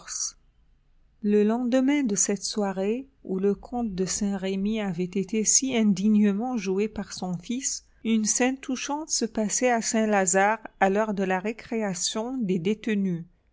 le lendemain de cette soirée où le comte de saint-remy avait été si indignement joué par son fils une scène touchante se passait à saint-lazare à l'heure de la récréation des détenues